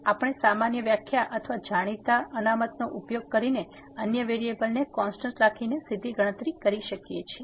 તેથી આપણે સામાન્ય વ્યાખ્યા અથવા જાણીતા અનામતનો ઉપયોગ કરીને અન્ય વેરીએબલને કોન્સ્ટેન્ટ રાખીને સીધી ગણતરી કરી શકીએ છીએ